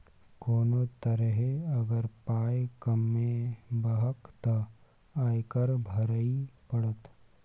कोनो तरहे अगर पाय कमेबहक तँ आयकर भरइये पड़त